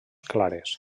clares